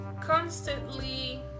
Constantly